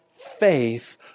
Faith